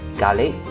garlic,